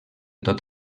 tot